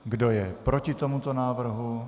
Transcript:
Kdo je proti tomuto návrhu?